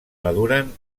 maduren